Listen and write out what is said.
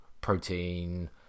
protein